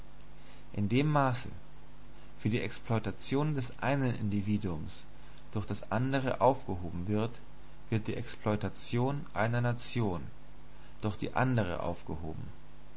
in dem maße wie die exploitation des einen individuums durch das andere aufgehoben wird wird die exploitation einer nation durch die andere aufgehoben